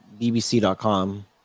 bbc.com